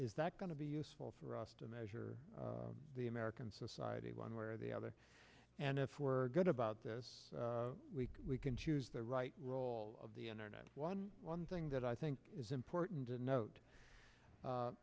is that going to be useful for us to measure the american society one way or the other and if we're good about this we can choose the right role of the internet one one thing that i think is important to note